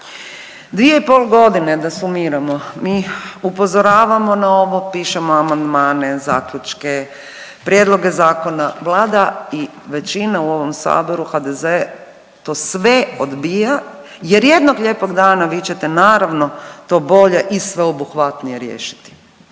2,5 godine da sumiramo mi upozoravamo na ovo, pišemo amandmane, zaključke, prijedloge zakona, Vlada i većina u ovom saboru HDZ to sve odbija jer jednog lijepog dana vi ćete naravno to bolje i sveobuhvatnije riješiti.